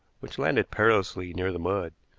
which landed perilously near the mud.